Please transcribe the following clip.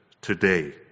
today